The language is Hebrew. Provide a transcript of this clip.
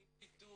אני עם טיטול.